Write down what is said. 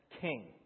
king